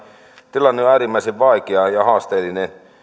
tilanne on äärimmäisen vaikea ja haasteellinen